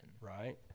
Right